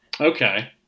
Okay